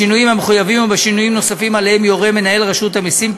בשינויים המחויבים ובשינויים נוספים שעליהם יורה מנהל רשות המסים.